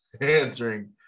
answering